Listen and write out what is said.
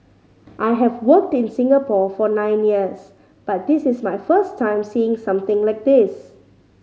I have worked in Singapore for nine years but this is my first time seeing something like this